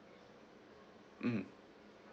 mm